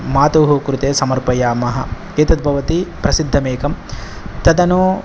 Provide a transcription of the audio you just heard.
मातुः कृते समर्पयामः एतद् भवति प्रसिद्धम् एकं तदनु